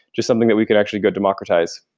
which is something that we can actually go democratize.